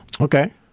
Okay